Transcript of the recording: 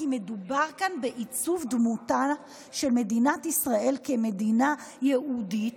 כי מדובר כאן בעיצוב דמותה של מדינת ישראל כמדינה יהודית